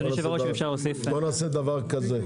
בואו נעשה דבר כזה,